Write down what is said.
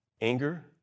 anger